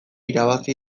irabazi